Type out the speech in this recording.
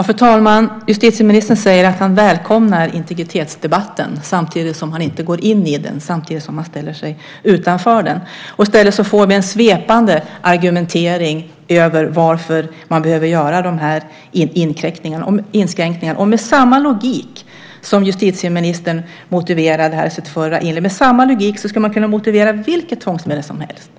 Fru talman! Justitieministern säger att han välkomnar integritetsdebatten samtidigt som han inte går in i den, samtidigt som han ställer sig utanför den. I stället får vi en svepande argumentering om varför man behöver göra de här inskränkningarna. Med samma logik som justitieministern motiverade detta med i sitt förra inlägg skulle man kunna motivera vilket tvångsmedel som helst.